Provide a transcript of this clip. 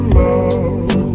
love